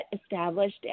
established